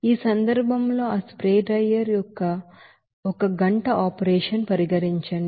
ఈ సందర్భంలో ఆ స్ప్రే డ్రైయర్ యొక్క ఒక గంట ఆపరేషన్ పరిగణించండి